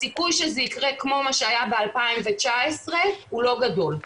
הסיכוי שזה יקרה כמו מה שהיה ב-2019 הוא לא גדול.